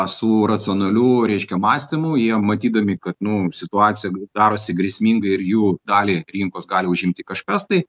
su racionalių reiškia mąstymu jie matydami kad nu situacija darosi grėsminga ir jų dalį rinkos gali užimti kažkas tai